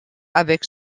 avec